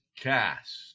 Cast